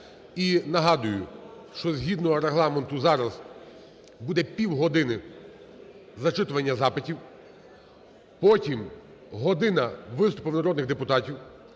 нагадую, що згідно Регламенту зараз буде півгодини зачитування запитів. Потім година виступів народних депутатів,